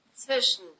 Zwischen